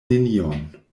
nenion